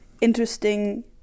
interesting